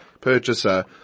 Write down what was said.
purchaser